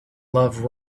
love